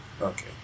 Okay